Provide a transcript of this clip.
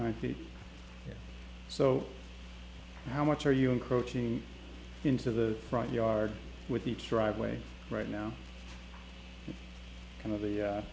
feet so how much are you encroaching into the front yard with each driveway right now and of the